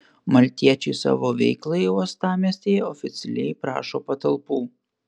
maltiečiai savo veiklai uostamiestyje oficialiai prašo patalpų